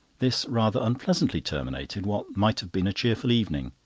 this rather unpleasantly terminated what might have been a cheerful evening.